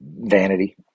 vanity